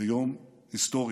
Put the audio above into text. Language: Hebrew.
ביום היסטורי.